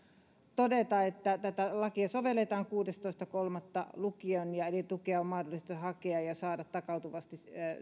todeta että tätä lakia sovelletaan kuudestoista kolmatta lukien eli tukea on mahdollista hakea ja saada takautuvasti